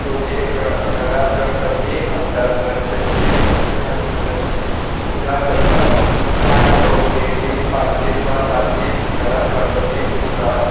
चवथीक ग घरांत गणपती हाडटात गणपतीची मुर्ती हाडून ताची पुजा करतात कांय लोक देड दीस पांच दीस वा सात दीस घरांत गणपती पुजतात